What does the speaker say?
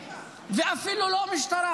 ואפילו לא משטרה,